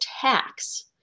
tax